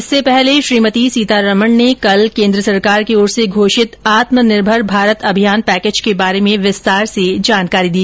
इससे पहले श्रीमती सीतारमण ने कल केन्द्र सरकार की ओर से घोषित आत्मनिर्भर भारत अभियान पैकेज के बारे में विस्तार से जानकारी दी